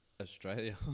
Australia